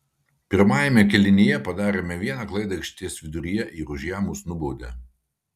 pirmajame kėlinyje padarėme vieną klaidą aikštės viduryje ir už ją mus nubaudė